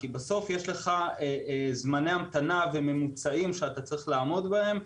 כי בסוף יש זמני המתנה וממוצעים שאתה צריך לעמוד בהם,